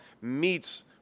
meets